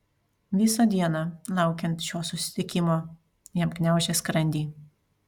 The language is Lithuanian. visą dieną laukiant šio susitikimo jam gniaužė skrandį